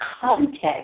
context